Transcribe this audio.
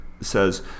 says